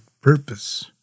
purpose